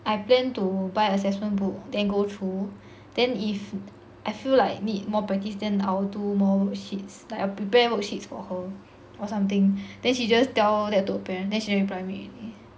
I plan to buy assessment book then go through then if I feel like need more practice then I will do more sheets like I will prepare worksheets for her or something then she just tell that to parents then she never reply me already